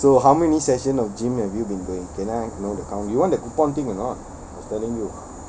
so how many session of gym have you been going can I know the count do you want the coupon thing or not I was telling you